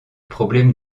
problèmes